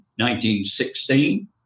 1916